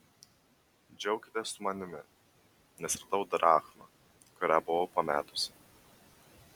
džiaukitės su manimi nes radau drachmą kurią buvau pametusi